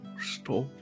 stop